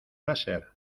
láser